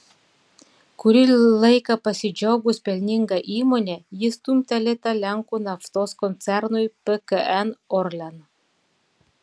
kurį laiką pasidžiaugus pelninga įmone ji stumtelėta lenkų naftos koncernui pkn orlen